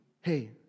hey